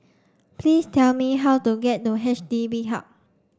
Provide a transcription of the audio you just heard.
please tell me how to get to H D B Hub